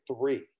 three